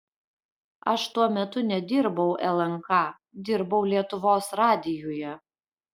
aš tuo metu nedirbau lnk dirbau lietuvos radijuje